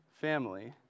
family